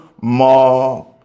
more